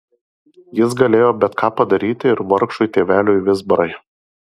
jis galėjo bet ką padaryti ir vargšui tėveliui vizbarai